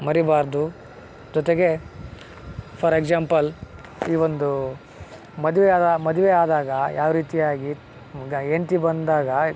ಮರೀಬಾರ್ದು ಜೊತೆಗೆ for example ಈ ಒಂದು ಮದುವೆ ಆದಾಗ ಮದುವೆ ಆದಾಗ ಯಾವ ರೀತಿಯಾಗಿ ಈಗ ಹೆಂಡ್ತಿ ಬಂದಾಗ